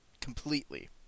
Completely